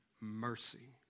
mercy